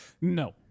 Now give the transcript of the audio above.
No